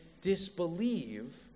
disbelieve